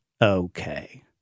Okay